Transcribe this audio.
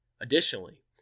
Additionally